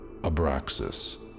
Abraxas